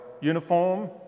uniform